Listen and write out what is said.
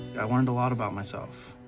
i learned a lot about myself.